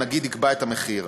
הנגיד יקבע את המחיר.